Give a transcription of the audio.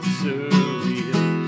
surreal